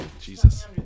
Jesus